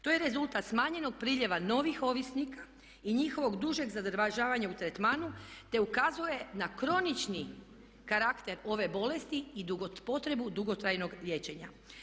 To je rezultat smanjenog priljeva novih ovisnika i njihovog dužeg zadržavanja u tretmanu te ukazuje na kronični karakter ove bolesti i potrebu dugotrajnog liječenja.